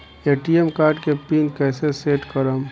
ATM card के PIN कैसे set करम?